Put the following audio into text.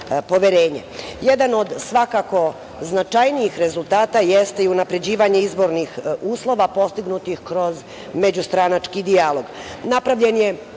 poverenje. Jedan od svakako značajnijih rezultata jeste i unapređivanje izbornih uslova postignutih kroz međustranački dijalog. Napravljen je